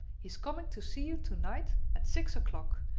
he is coming to see you to-night at six o'clock,